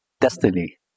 destiny